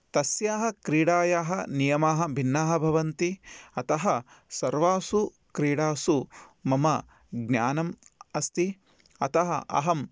तस्याः क्रीडायाः नियमाः भिन्नाः भवन्ति अतः सर्वासु क्रीडासु मम ज्ञानम् अस्ति अतः अहं